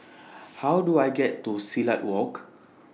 How Do I get to Silat Walk